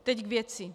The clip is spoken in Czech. Teď k věci.